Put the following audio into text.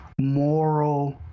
moral